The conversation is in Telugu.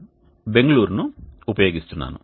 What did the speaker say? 97 బెంగుళూరును ఉపయోగిస్తున్నాను